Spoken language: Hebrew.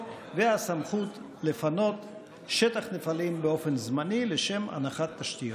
והסמכות לפנות שטח נפלים באופן זמני לשם הנחת תשתיות.